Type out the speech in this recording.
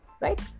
right